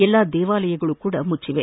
ಎಲ್ಲ ದೇವಾಲಯಗಳು ಸಹ ಮುಚ್ಚವೆ